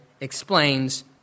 explains